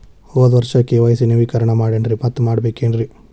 ಹೋದ ವರ್ಷ ಕೆ.ವೈ.ಸಿ ನವೇಕರಣ ಮಾಡೇನ್ರಿ ಮತ್ತ ಮಾಡ್ಬೇಕೇನ್ರಿ?